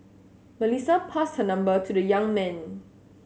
Melissa passed her number to the young man